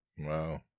Wow